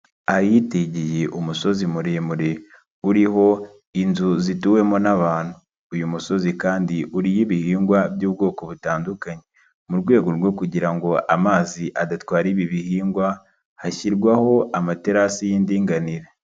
Ahitegeye umusozi muremure uriho inzu zituwemo n'abantu, uyu musozi kandi uriho ibihingwa by'ubwoko butandukanye. Mu rwego rwo kugira ngo amazi adatwara ibi bihingwa, hashyirwaho amaterasi y'indinganire.